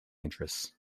interests